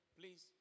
please